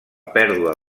pèrdua